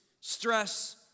stress